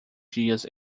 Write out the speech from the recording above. dias